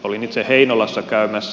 olin itse heinolassa käymässä